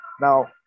Now